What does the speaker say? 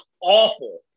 awful